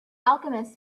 alchemists